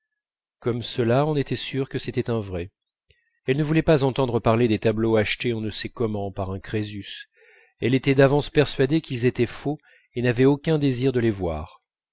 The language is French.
comme cela on était sûr que c'était un vrai elle ne voulait pas entendre parler des tableaux achetés on ne sait comment par un crésus elle était d'avance persuadée qu'ils étaient faux et n'avait aucun désir de les voir